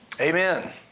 Amen